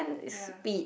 ya